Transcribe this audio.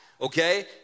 Okay